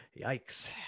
Yikes